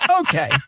Okay